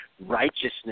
righteousness